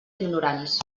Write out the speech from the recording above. ignorants